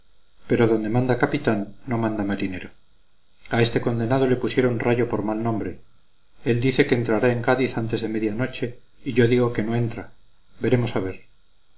pero donde manda capitán no manda marinero a este condenado le pusieron rayo por mal nombre él dice que entrará en cádiz antes de media noche y yo digo que no entra veremos a ver